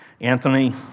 Anthony